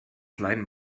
klein